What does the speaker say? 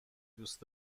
دوست